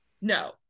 No